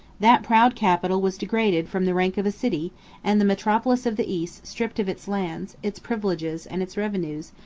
that proud capital was degraded from the rank of a city and the metropolis of the east, stripped of its lands, its privileges, and its revenues,